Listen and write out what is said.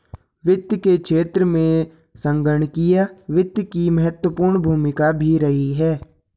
वित्त के क्षेत्र में संगणकीय वित्त की महत्वपूर्ण भूमिका भी रही है